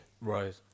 Right